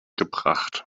gebracht